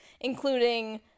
including